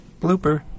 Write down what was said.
blooper